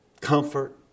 comfort